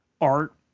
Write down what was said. Art